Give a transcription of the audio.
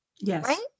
Yes